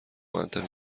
منطق